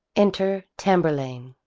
enter tamburlaine.